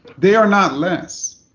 they are not less.